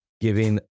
giving